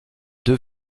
deux